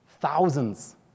thousands